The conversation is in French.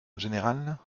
général